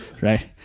right